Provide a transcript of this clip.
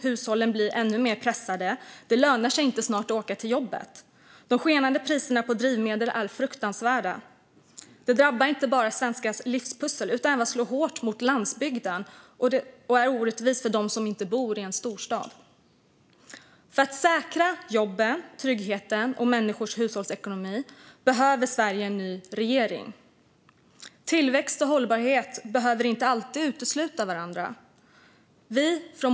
Hushållen blir ännu mer pressade, och det lönar sig snart inte att åka till jobbet. De skenande priserna på drivmedel är fruktansvärda. Det drabbar inte bara stadsbornas vardag. Det slår även hårt mot landsbygden och är orättvist mot dem som inte bor i en storstad. För att säkra jobb, trygghet och människors hushållsekonomi behöver Sverige en ny regering. Tillväxt och hållbarhet behöver inte utesluta varandra.